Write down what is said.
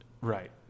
Right